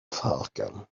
falcon